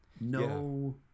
no